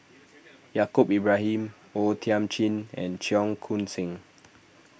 Yaacob Ibrahim O Thiam Chin and Cheong Koon Seng